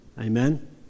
amen